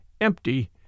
empty